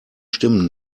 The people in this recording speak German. stimmen